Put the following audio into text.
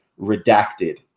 redacted